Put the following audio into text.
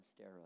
steroids